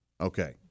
Okay